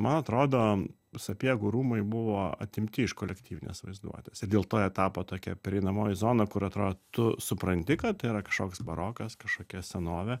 man atrodo sapiegų rūmai buvo atimti iš kolektyvinės vaizduotės ir dėl to jie tapo tokia pereinamoji zona kur atrodo tu supranti kad tai yra kažkoks barokas kažkokia senovė